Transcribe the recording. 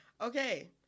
Okay